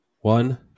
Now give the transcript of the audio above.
One